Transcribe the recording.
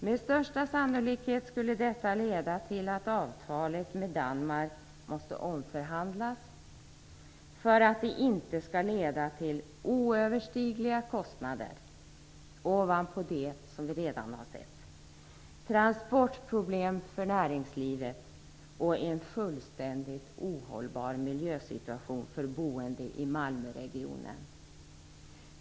Med största sannolikhet skulle detta leda till att avtalet med Danmark måste omförhandlas för att det inte skall leda till oöverstigliga kostnader ovanpå det som vi redan sett, transportproblem för näringslivet och en fullständigt ohållbar miljösituation för de boende i Malmöregionen.